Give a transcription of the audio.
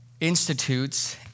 institutes